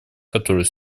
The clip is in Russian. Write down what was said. которой